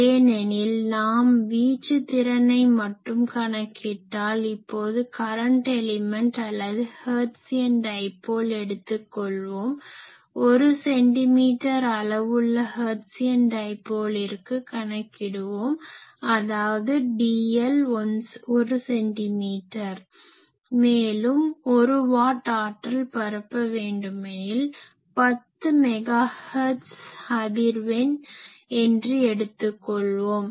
ஏனெனில் நாம் வீச்சு திறனை மட்டும் கணக்கிட்டால் இப்போது கரன்ட் எலிமென்ட் அல்லது ஹெர்ட்சியன் டைப்போல் எடுத்து கொள்வோம் 1 சென்டிமீட்டர் அளவுள்ள ஹெர்ட்சியன் டைப்போலிற்கு கணக்கிடுவோம் அதாவது dl 1 சென்டிமீட்டர் மேலும் 1 வாட் ஆற்றல் பரப்ப வேணடுமெனில் 10 மெகா ஹெர்ட்ஸ் அதிர்வெண் அலைவெண் என்று எடுத்து கொள்வோம்